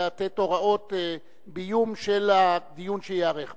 לתת הוראות ביוּם של הדיון שייערך פה.